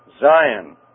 Zion